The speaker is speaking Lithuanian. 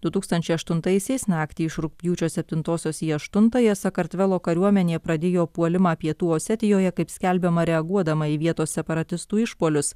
du tūkstančiai aštuntaisiais naktį iš rugpjūčio septintosios į aštuntąją sakartvelo kariuomenė pradėjo puolimą pietų osetijoje kaip skelbiama reaguodama į vietos separatistų išpuolius